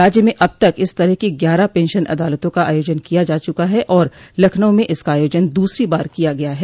राज्य में अब तक इस तरह की ग्यारह पेंशन अदालतों का आयोजन किया जा चूका है और लखनऊ में इसका आयोजन दूसरी बार किया गया है